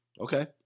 Okay